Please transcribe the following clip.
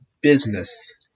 business